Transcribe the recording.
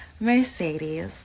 mercedes